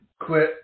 quit